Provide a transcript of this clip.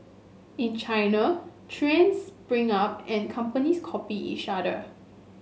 in China trends spring up and companies copy each other